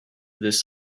this